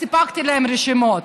סיפקתי להם רשימות.